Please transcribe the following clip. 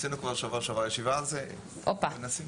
עשינו בשבוע שעבר ישיבה על זה, אנחנו מנסים.